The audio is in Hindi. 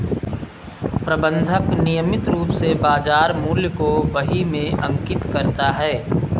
प्रबंधक नियमित रूप से बाज़ार मूल्य को बही में अंकित करता है